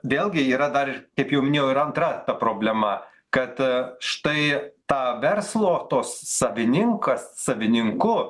vėlgi yra dar ir kaip jau minėjau ir antra ta problema kad štai tą verslo tos savininkas savininku